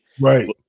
Right